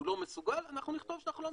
מאה אחוז, אנחנו נעביר דרכך.